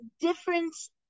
difference